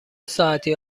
ساعتی